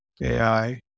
ai